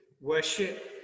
worship